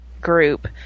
group